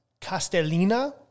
Castellina